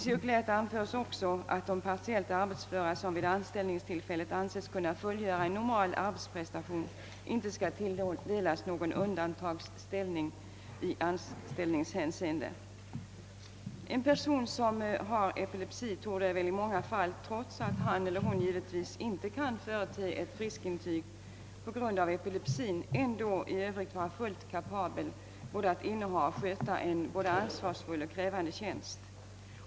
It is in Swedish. Det anföres också att de partiellt arbetsföra, som vid anställningstillfället anses kunna fullgöra normal arbetsprestation, icke bör tilldelas någon undantagsställning i anställningshänseende. En person som har epilepsi torde i många fall, trots att han eller hon givetvis inte kan förete friskintyg, ändå vara fullt kapabel att inneha och sköta en både ansvarsfull och krävande tjänst.